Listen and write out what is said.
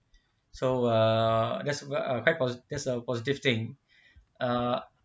so err there's a quite posi~ there's a positive thing uh